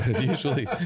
usually